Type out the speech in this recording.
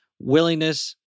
willingness